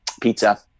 Pizza